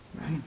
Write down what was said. right